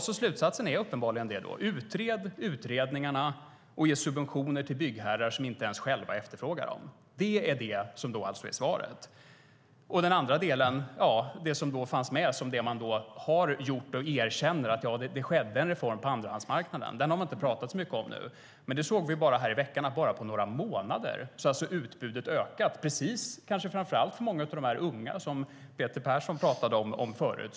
Slutsatsen är uppenbarligen att utreda utredningarna och ge subventioner till byggherrar som inte ens själva efterfrågar dem. Det är alltså svaret. Sedan finns den andra delen, nämligen vad man har gjort. Man erkänner att det skedde en reform på andrahandsmarknaden. Den har man inte pratat om så mycket nu. Här i veckan kunde vi se att på bara några månader har utbudet ökat, framför allt för många av de unga som Peter Persson pratade om förut.